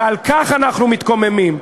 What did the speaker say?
ועל כך אנחנו מתקוממים.